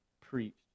preached